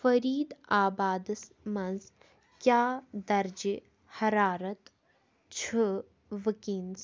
فریٖد آبادس منز کیاہ درجہِ حرارت چھُ وٕنکیٚنس ؟